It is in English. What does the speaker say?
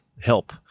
help